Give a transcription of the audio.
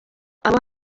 abo